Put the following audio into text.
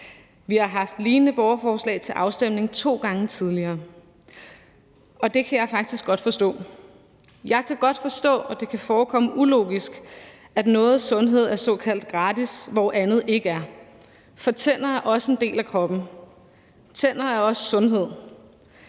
Vi har haft lignende borgerforslag til afstemning to gange tidligere, og det kan jeg faktisk godt forstå. Jeg kan godt forstå, at det kan forekomme ulogisk, at noget sundhed er såkaldt gratis, hvor andet ikke er, for tænder er også en del af kroppen; tænder er også sundhed.